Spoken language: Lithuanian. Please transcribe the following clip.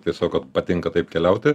tiesiog kad patinka taip keliauti